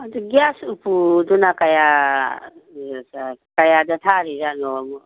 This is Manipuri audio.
ꯑꯗꯨ ꯒ꯭ꯌꯥꯁ ꯎꯄꯨꯗꯨꯅ ꯀꯌꯥ ꯀꯌꯥꯗ ꯊꯥꯔꯤꯖꯥꯠꯅꯣ